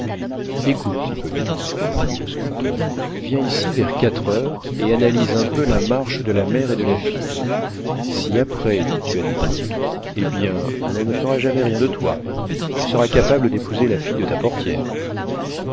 écoute hippolyte reprit le sculpteur viens ici vers quatre heures et analyse un peu la marche de la mère et de la fille si après tu as des doutes hé bien l'on ne fera jamais rien de toi tu seras capable d'épouser la fille de ta portière